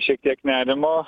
šiek tiek nerimo